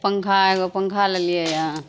पन्खा एगो पन्खा लेलिए यऽ